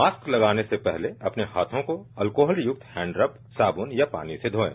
mask लगाने से पहले अपने हाथों को एल्कोहल युक्त हैंडरब साबुन या पानी से धोएं